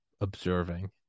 observing